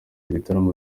ibitaramo